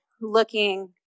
looking